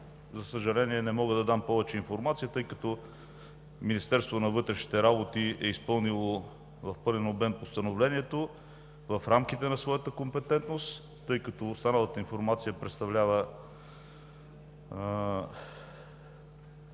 за съжаление, не мога да дам повече информация, тъй като Министерството на вътрешните работи е изпълнило в пълен обем Постановлението в рамките на своята компетентност. Тъй като останалата информация представлява